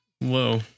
Whoa